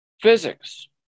physics